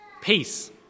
Peace